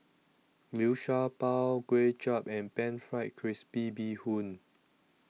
Liu Sha Bao Kuay Chap and Pan Fried Crispy Bee Hoon